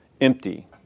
empty